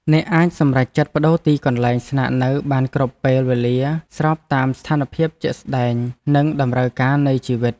អ្នកអាចសម្រេចចិត្តប្ដូរទីកន្លែងស្នាក់នៅបានគ្រប់ពេលវេលាស្របតាមស្ថានភាពជាក់ស្ដែងនិងតម្រូវការនៃជីវិត។